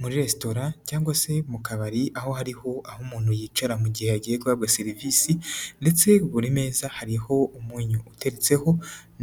Muri resitora cyangwa se mu kabari, aho hariho aho umuntu yicara mu gihe hagiye guhabwa serivisi, ndetse buri meza hariho umunyu uteretseho